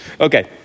Okay